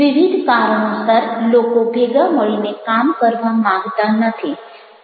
વિવિધ કારણોસર લોકો ભેગા મળીને કામ કરવા માંગતા નથી